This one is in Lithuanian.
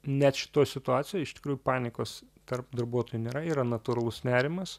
net šitoj situacijoj iš tikrųjų panikos tarp darbuotojų nėra yra natūralus nerimas